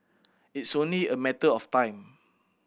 it's only a matter of time